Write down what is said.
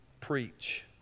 preach